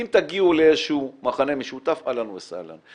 אם תגיעו למכנה משותף אהלן וסהלן,